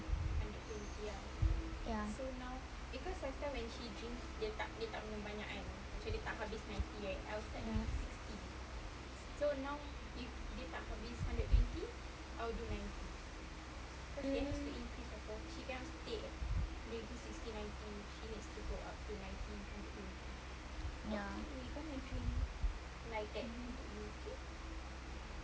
ya